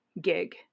gig